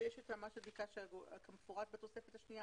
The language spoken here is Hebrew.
ויש את מה שביקשת "כמפורט בתוספת השנייה",